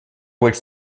which